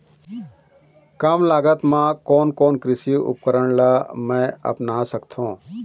कम लागत मा कोन कोन कृषि उपकरण ला मैं अपना सकथो?